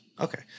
Okay